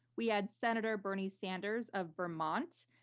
we had senator bernie sanders of vermont.